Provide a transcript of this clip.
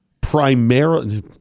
primarily